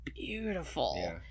beautiful